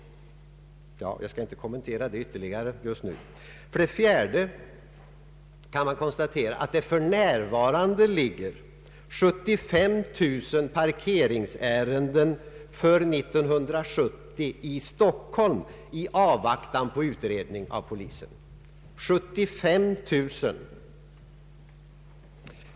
Jag skall inte kommentera detta ytterligare just nu. För det fjärde kan man konstatera att det för närvarande ligger 75 000 parkeringsärenden för 1970 i Stockholm i avvaktan på utredning av polisen. 75 000!